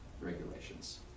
regulations